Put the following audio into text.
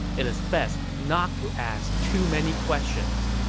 it's best not to ask too many questions.